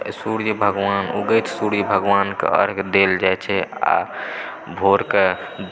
सूर्य भगवान उगैत सूर्य भगवानकऽ अर्घ्य देल जाइत छै आ भोरकऽ